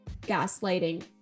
gaslighting